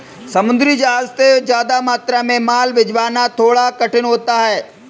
समुद्री जहाज से ज्यादा मात्रा में माल भिजवाना थोड़ा कठिन होता है